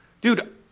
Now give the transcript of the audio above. Dude